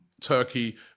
Turkey